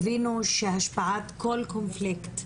הבינו שהשפעת כל קונפליקט,